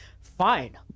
fine